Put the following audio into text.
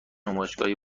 نمایشگاهی